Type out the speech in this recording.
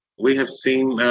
we have seen